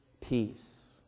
peace